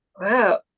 wow